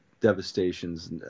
devastations